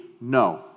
no